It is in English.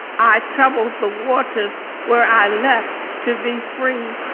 i troubled the waters where i left to be free.